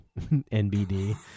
nbd